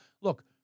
look